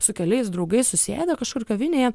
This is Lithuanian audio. su keliais draugais susėdę kažkur kavinėje